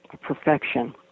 Perfection